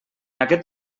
aquest